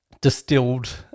distilled